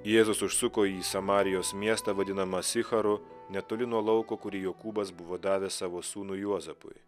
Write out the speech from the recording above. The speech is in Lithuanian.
jėzus užsuko į samarijos miestą vadinamą sicharu netoli nuo lauko kurį jokūbas buvo davęs savo sūnui juozapui